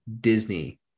Disney